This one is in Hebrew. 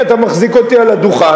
אדוני, אתה מחזיק אותי על הדוכן.